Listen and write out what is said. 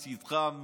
מצידך,